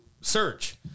search